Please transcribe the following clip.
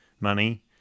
Money